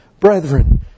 Brethren